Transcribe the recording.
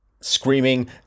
screaming